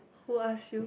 who ask you